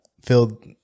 filled